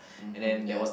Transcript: mmhmm ya